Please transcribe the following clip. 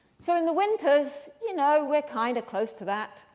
so in the winters, you know, we're kind of close to that.